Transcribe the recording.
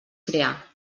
crear